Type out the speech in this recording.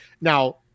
now